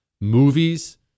movies